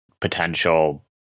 potential